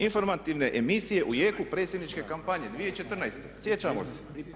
Informativne emisije u jeku predsjedničke kompanije 2014., sjećamo se.